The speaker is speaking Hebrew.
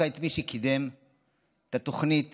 את מי שקידם את התוכנית